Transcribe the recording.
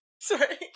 Sorry